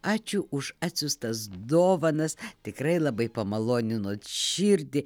ačiū už atsiųstas dovanas tikrai labai pamaloninot širdį